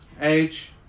Age